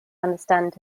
understand